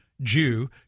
Jew